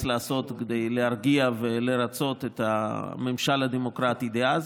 לעשות אז כדי להרגיע ולרצות את הממשל הדמוקרטי דאז.